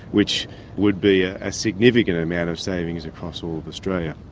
which would be a significant amount of savings across all of australia.